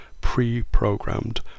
pre-programmed